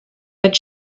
that